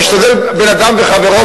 משתדל בין אדם לחברו,